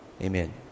amen